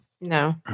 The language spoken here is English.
No